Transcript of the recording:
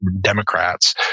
Democrats